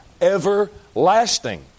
everlasting